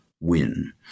Win